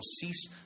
cease